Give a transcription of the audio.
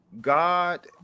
God